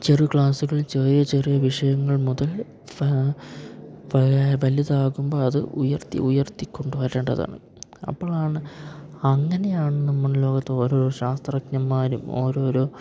ചെറു ക്ലാസുകളിൽ ചെറിയ ചെറിയ വിഷയങ്ങൾ മുതൽ വലുതാകുമ്പോൾ അത് ഉയർത്തി ഉയർത്തി കൊണ്ടുവരേണ്ടതാണ് അപ്പോഴാണ് അങ്ങനെയാണ് നമ്മുടെ ലോകത്ത് ഓരോരോ ശാസ്ത്രജ്ഞന്മാരും ഓരോരോ